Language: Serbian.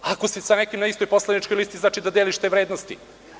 Ako ste sa nekim na istoj poslaničkoj listi, znači da delite te vrednosti.